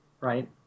Right